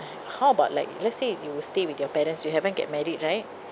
how about like let's say you will stay with your parents you haven't get married right